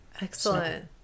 Excellent